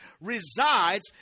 resides